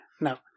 No